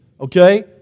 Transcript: Okay